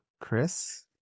chris